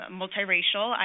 multiracial